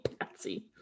Patsy